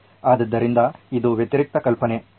ಆದ್ದರಿಂದ ಇದು ವ್ಯತಿರಿಕ್ತ ಕಲ್ಪನೆ